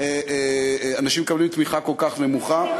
של אנשים שמקבלים תמיכה כל כך נמוכה.